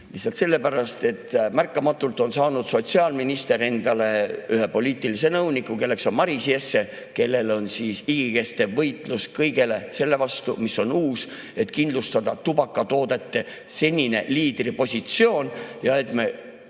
Lihtsalt sellepärast, et märkamatult on saanud sotsiaal[kaitse]minister endale ühe poliitilise nõuniku, kelleks on Maris Jesse, kes peab igikestvat võitlust kõige vastu, mis on uus, et kindlustada tubakatoodete senine liidripositsioon ja et me,